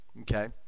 okay